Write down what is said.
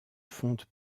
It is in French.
fonte